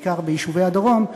בעיקר ביישובי הדרום,